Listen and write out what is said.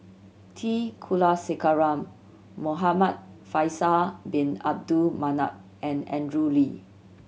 T Kulasekaram Muhamad Faisal Bin Abdul Manap and Andrew Lee